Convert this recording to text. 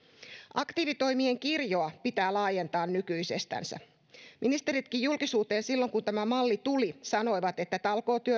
aktiivitoimien kirjoa pitää laajentaa nykyisestänsä ministeritkin sanoivat julkisuuteen silloin kun tämä malli tuli että talkootyö